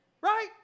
Right